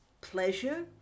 pleasure